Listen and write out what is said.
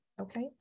Okay